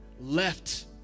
left